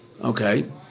Okay